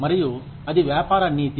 మరియు అది వ్యాపార నీతి